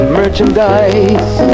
merchandise